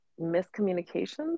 miscommunications